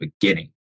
beginning